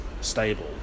stable